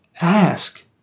Ask